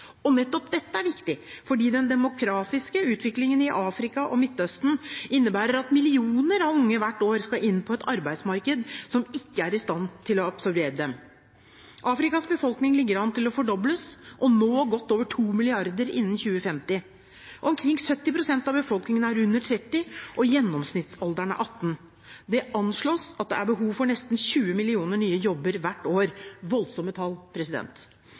jobbskaping. Nettopp dette er viktig fordi den demografiske utviklingen i Afrika og Midtøsten innebærer at millioner av unge hvert år skal inn på et arbeidsmarked som ikke er i stand til å absorbere dem. Afrikas befolkning ligger an til å fordobles og nå godt over to milliarder innen 2050. Omkring 70 pst. av befolkningen er under 30 år, og gjennomsnittsalderen er 18. Det anslås at det er behov for nesten 20 millioner nye jobber hvert år. Det er voldsomme tall.